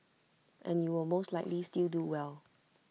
and you will most likely still do well